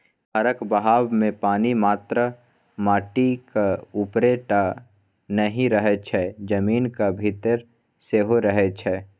धारक बहावमे पानि मात्र माटिक उपरे टा नहि रहय छै जमीनक भीतर सेहो रहय छै